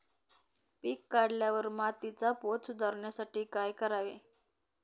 पीक काढल्यावर मातीचा पोत सुधारण्यासाठी काय करावे?